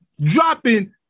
Dropping